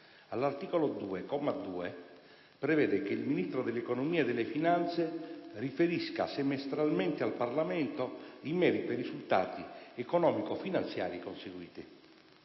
all'articolo 2, comma 2, prevede che il Ministro dell'economia e delle finanze riferisca semestralmente al Parlamento in merito ai risultati economico-finanziari conseguiti.